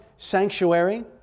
Sanctuary